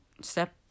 step